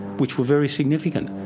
which were very significant.